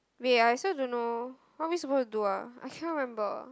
we are still don't know what are we supposed to do ah I can't remember